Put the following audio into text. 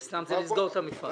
זה סתם, זה לסגור את המפעל.